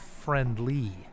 friendly